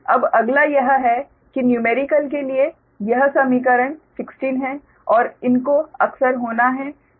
अब अगला यह है कि न्यूमेरिकल के लिए यह समीकरण 16 है इनको अक्सर होना है